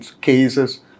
cases